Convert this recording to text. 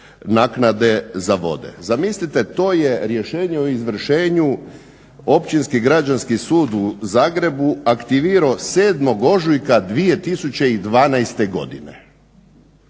naknade za vode. Zamislite to je rješenje o izvršenju Općinski građanski sud u Zagrebu aktivirao 7.ožujka 2012.godine